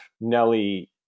Nelly